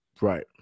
Right